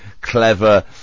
clever